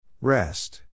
Rest